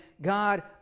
God